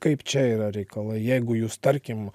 kaip čia yra reikalai jeigu jūs tarkim